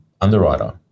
underwriter